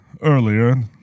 earlier